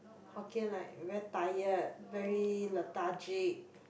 Hokkien like very tired very lethargic